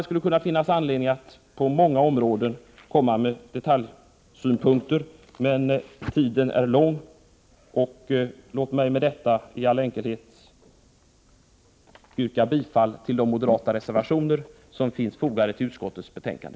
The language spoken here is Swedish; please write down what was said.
Det finns anledning att på många områden komma med detaljsynpunkter, men tiden är knapp. Låt mig med detta, i all enkelhet, yrka bifall till de moderata reservationer som är fogade till utskottets betänkande.